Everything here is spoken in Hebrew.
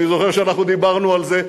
אני זוכר שאנחנו דיברנו על זה,